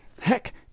Heck